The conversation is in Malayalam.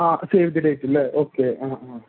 ആ സേവ് ദി ഡേറ്റ് അല്ലേ ഓക്കേ ആ ആ